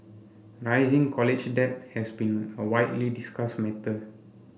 rising college debt has been a widely discuss matter